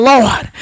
Lord